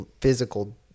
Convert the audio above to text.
physical